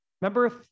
Remember